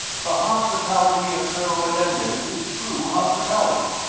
the hospitality of colonel menendez is true hospitality.